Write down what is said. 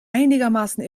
einigermaßen